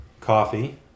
Coffee